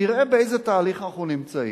תראה באיזה תהליך אנחנו נמצאים.